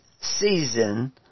season